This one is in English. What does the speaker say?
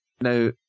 now